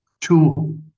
two